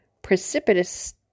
precipitous